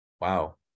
Wow